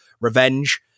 revenge